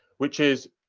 which is,